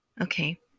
Okay